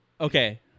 Okay